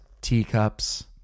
Teacups